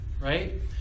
right